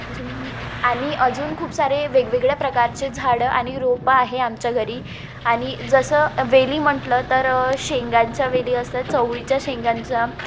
अजून आणि अजून खूप सारे वेगवेगळ्या प्रकारचे झाडं आणि रोपं आहे आमच्या घरी आणि जसं वेली म्हटलं तर शेंगांच्या वेली असतात चवळीच्या शेंगांचा